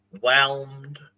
whelmed